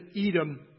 Edom